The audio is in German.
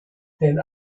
den